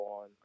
on